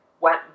went